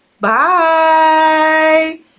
Bye